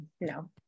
no